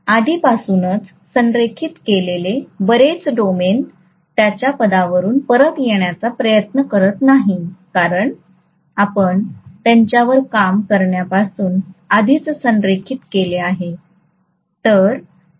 आधीपासूनच संरेखित केलेले बरेच डोमेन त्यांच्या पदावरून परत येण्याचा प्रयत्न करणार नाहीत कारण आपण त्यांच्यावर काम करण्यापासून आधीच संरेखित केले आहे